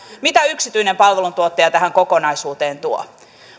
mitä yksityinen palveluntuottaja tähän kokonaisuuteen tuo